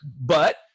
But-